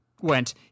went